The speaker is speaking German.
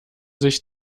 sich